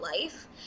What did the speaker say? life